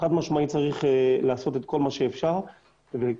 חד משמעית צריך לעשות את כל מה שאפשר וכל